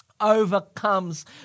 overcomes